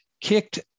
kicked